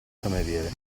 cameriere